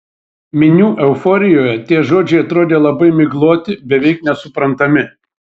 minių euforijoje tie žodžiai atrodė labai migloti beveik nesuprantami